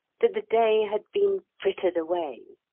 that the day had been frittered away.